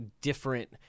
different